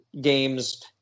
games